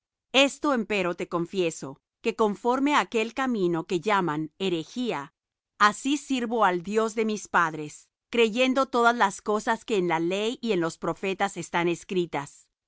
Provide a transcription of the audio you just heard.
esto empero te confieso que conforme á aquel camino que llaman herejía así sirvo al dios de mis padres creyendo todas las cosas que en la ley y en los profetas están escritas